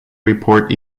report